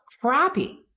crappy